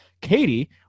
Katie